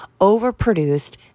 overproduced